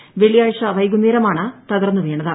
S വെള്ളിയാഴ്ച വൈകുന്നേരമാണു തകർന്നുവീണത്